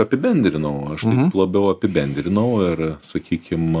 apibendrinau aš labiau apibendrinau ir sakykim